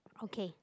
okay